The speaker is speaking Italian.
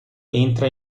entra